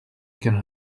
can